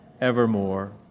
evermore